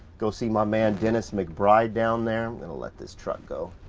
go see my man dennis mcbride down there. gonna let this truck go.